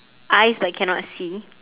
eyes but cannot see